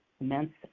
immense